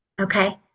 Okay